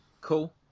Cool